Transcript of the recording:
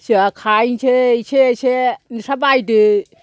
जोंहा खाहैसै एसे एसे नोंस्रा बायदो